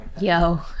yo